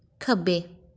ਖੱਬੇ